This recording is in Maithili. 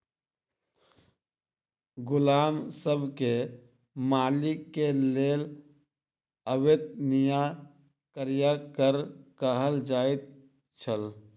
गुलाम सब के मालिक के लेल अवेत्निया कार्यक कर कहल जाइ छल